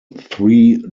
three